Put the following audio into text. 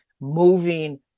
moving